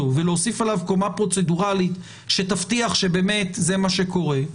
ולהוסיף עליו קומה פרוצדורלית שתבטיח שבאמת זה מה שקורה,